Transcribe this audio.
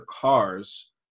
cars